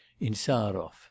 Insarov